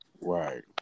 right